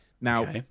Now